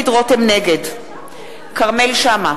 נגד כרמל שאמה,